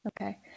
Okay